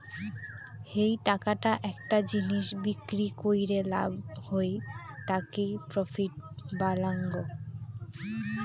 যেই টাকাটা একটা জিনিস বিক্রি কইরে লাভ হই তাকি প্রফিট বলাঙ্গ